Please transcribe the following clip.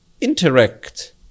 interact